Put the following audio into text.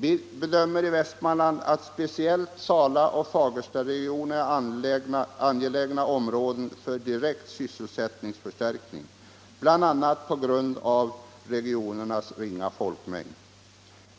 Vi bedömer det i Västmanland så att det är speciellt angeläget att ge Sala och Fagerstaregionerna direkt sysselsättningsförstärkning, bl.a. på grund av regionernas ringa folkmängd.